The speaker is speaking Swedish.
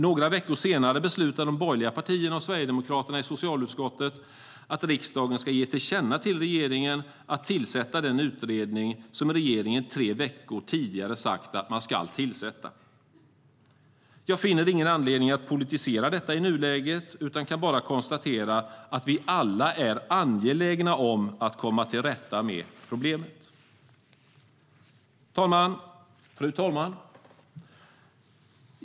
Några veckor senare beslutar de borgerliga partierna och Sverigedemokraterna i socialutskottet att riksdagen ska ge till känna till regeringen att tillsätta den utredning som regeringen tre veckor tidigare sagt att man ska tillsätta. Jag finner ingen anledning att politisera detta i nuläget utan kan bara konstatera att vi alla är angelägna om att komma till rätta med problemet. Fru talman!